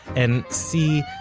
and c.